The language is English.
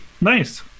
Nice